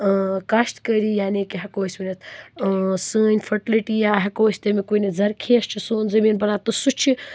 کاشتہٕ کٲری یعنی کہ ہٮ۪کَو أسۍ ؤنِتھ سٲنۍ فٔٹلِٹی یا ہٮ۪کَو أسۍ تٔمیُک ؤنِتھ ذرخیز چھُ سون زٔمیٖن بنان تہٕ سُہ چھِ